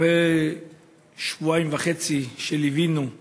אחרי שבועיים וחצי שליווינו והתפללנו,